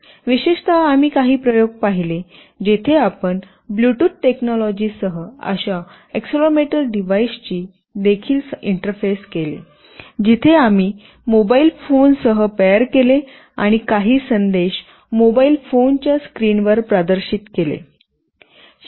विशेषतः आम्ही काही प्रयोग पाहिले जेथे आपण ब्लूटूथ टेक्नॉलॉजी सह अशा एक्सेलेरोमीटर डिव्हाइसची देखील इंटरफेस केली जिथे आम्ही मोबाईल फोनसह पेअर केले आणि काही संदेश मोबाइल फोन च्या स्क्रीनवर प्रदर्शित केले गेले